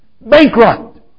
Bankrupt